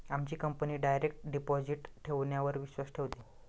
आमची company direct deposit ठेवण्यावर विश्वास ठेवते